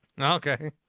Okay